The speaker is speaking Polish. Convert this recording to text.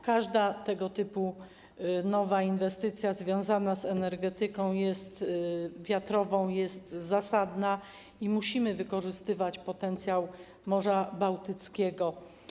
Każda tego typu nowa inwestycja związana z energetyką wiatrową jest zasadna, musimy wykorzystywać potencjał Morza Bałtyckiego.